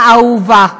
מדינתנו האהובה.